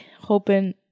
hoping